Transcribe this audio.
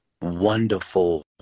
wonderful